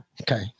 Okay